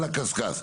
על הקשקש.